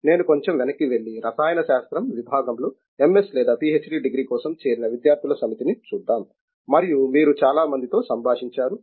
నేను కొంచెం వెనక్కి వెళ్లిరసాయన శాస్త్రం విభాగంలో ఎంఎస్ డిగ్రీ లేదా పిహెచ్డి డిగ్రీ కోసం చేరిన విద్యార్థుల సమితిని చూద్దాం మరియు మీరు చాలా మందితో సంభాషించారు